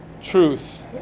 truth